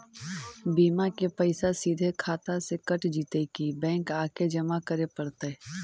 बिमा के पैसा सिधे खाता से कट जितै कि बैंक आके जमा करे पड़तै?